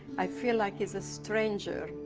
i feel like he's a stranger.